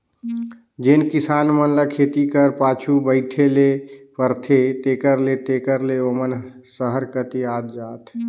जेन किसान मन ल खेती करे कर पाछू बइठे ले परथे तेकर ले तेकर ले ओमन सहर कती आत जात अहें